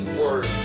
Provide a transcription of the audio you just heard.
word